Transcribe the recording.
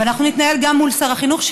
אבל אנחנו נתנהל גם מול שר החינוך.